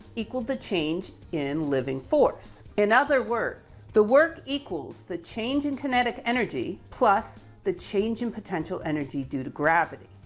equaled the change in living force. in other words, the work equals the change in kinetic energy, plus the change in potential energy due to gravity.